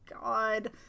God